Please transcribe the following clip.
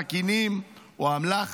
סכינים או אמל"ח?